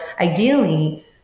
ideally